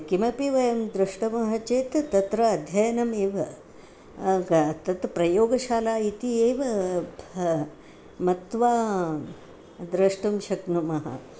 किमपि वयं द्रष्टुं चेत् तत्र अध्ययनम् एव तत् प्रयोगशाला इति एव भा मत्वा द्रष्टुं शक्नुमः